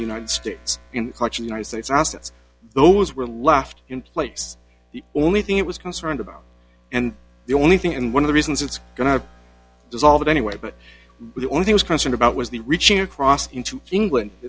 the united states in the united states assets those were left in place the only thing it was concerned about and the only thing and one of the reasons it's going to dissolve anyway but the only things concerned about was the reaching across into england